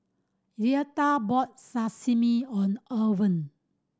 Luetta bought Sashimi own Owen